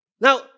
Now